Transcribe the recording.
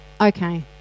Okay